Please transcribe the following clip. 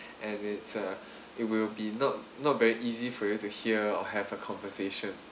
and it's uh it will be not not very easy for you to hear or have a conversation